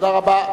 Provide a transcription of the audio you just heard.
תודה רבה.